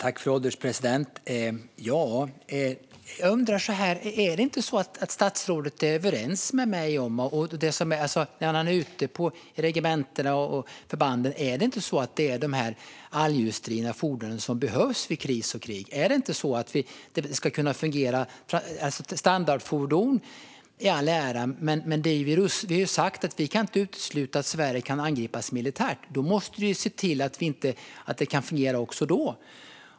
Fru ålderspresident! Jag undrar om statsrådet inte är överens med mig. När han är ute på regementena och förbanden, framgår det inte att det är de allhjulsdrivna fordonen som behövs vid kris och krig? Standardfordon i all ära, men vi har ju sagt att vi inte kan utesluta att Sverige kan angripas militärt. Då måste vi se till att det kan fungera även då.